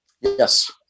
yes